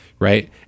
Right